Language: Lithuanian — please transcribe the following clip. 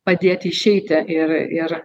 padėt išeiti ir ir